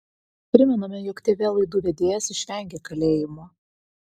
primename jog tv laidų vedėjas išvengė kalėjimo